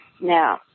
Now